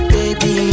Baby